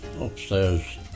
upstairs